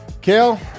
Kale